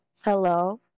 Hello